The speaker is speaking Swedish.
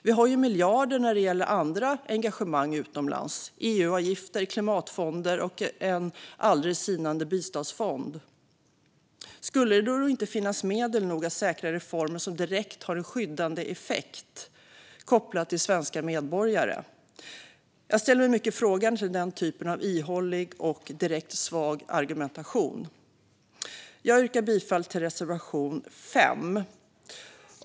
Vi har också miljarder när det gäller andra engagemang utomlands: EU-avgifter, klimatfonder och en aldrig sinande biståndsfond. Skulle det då inte finnas medel nog för att säkra reformer som direkt har en skyddande effekt kopplad till svenska medborgare? Jag ställer mig mycket frågande till den typen av ihålig och direkt svag argumentation. Jag yrkar bifall till reservation 5.